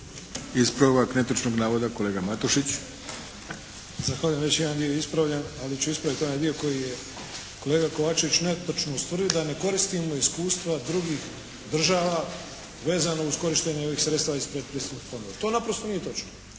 Ispravak netočnog navoda kolega Matušić. **Matušić, Frano (HDZ)** Zahvaljujem. Već jedan dio je ispravljen, ali ću ispraviti onaj dio koji je kolega Kovačević netočno ustvrdio da ne koristimo iskustva drugih država vezano uz korištenje ovih sredstava iz predpristupnih fondova. To naprosto nije točno.